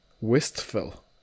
Wistful